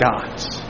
gods